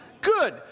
Good